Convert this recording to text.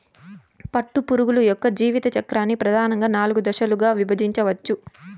పట్టుపురుగు యొక్క జీవిత చక్రాన్ని ప్రధానంగా నాలుగు దశలుగా విభజించవచ్చు